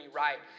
right